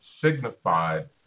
signified